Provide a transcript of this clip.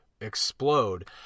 explode